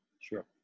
sure